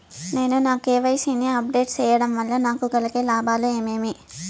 నేను నా కె.వై.సి ని అప్ డేట్ సేయడం వల్ల నాకు కలిగే లాభాలు ఏమేమీ?